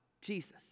jesus